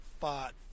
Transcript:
fought